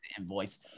invoice